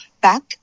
back